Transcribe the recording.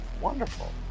Wonderful